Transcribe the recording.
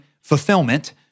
fulfillment